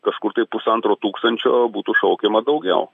kažkur tai pusantro tūkstančio būtų šaukiama daugiau